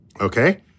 okay